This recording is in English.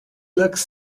looks